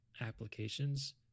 applications